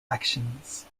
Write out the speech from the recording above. actions